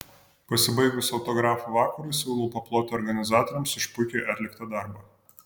pasibaigus autografų vakarui siūlau paploti organizatoriams už puikiai atliktą darbą